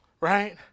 right